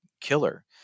killer